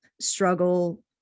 struggle